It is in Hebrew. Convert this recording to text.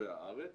ברחבי הארץ